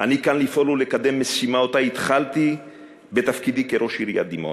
אני כאן כדי לפעול ולקדם משימה שהתחלתי בתפקידי כראש עיריית דימונה,